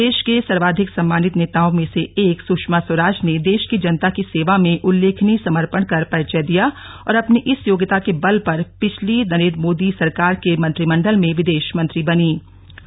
देश के सर्वाधिक सम्माानित नेताओं में से एक सुषमा स्वराज ने देश की जनता की सेवा में उल्लेखनीय समर्पण का परिचय दिया और अपनी इसी योग्यता के बल पर पिछली नरेन्द्र मोदी सरकार के मंत्रिमंडल में विदेश मंत्री बनीं